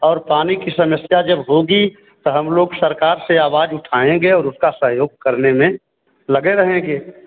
और पानी की समस्या जब होगी तो हम लोग सरकार से आवाज उठाएँगे और उसका सहेयोग करने में लगे रहेंगे